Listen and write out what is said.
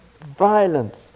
violence